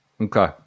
Okay